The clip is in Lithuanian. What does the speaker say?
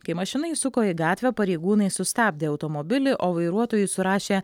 kai mašina įsuko į gatvę pareigūnai sustabdė automobilį o vairuotojui surašė